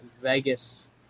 Vegas